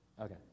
Okay